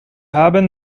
haben